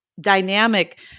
dynamic